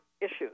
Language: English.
issues